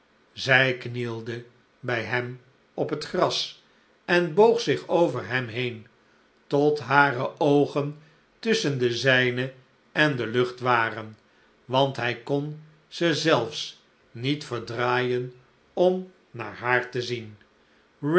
zij knielde bij hem op het gras en boog zich over hem heen tot hare oogen tusschen de zijne en de lucht waren want hij kon ze zelfs niet verdraaien om naar haar te zien